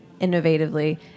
innovatively